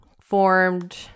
formed